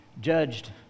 judged